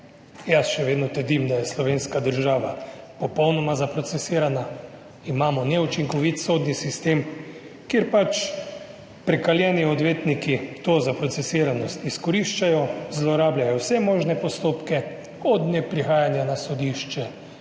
Jaz še vedno trdim, da je slovenska država popolnoma zaprocesirana. Imamo neučinkovit sodni sistem, kjer pač prekaljeni odvetniki to zaprocesiranost izkoriščajo, zlorabljajo vse možne postopke od neprihajanja na sodišče